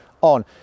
on